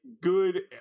good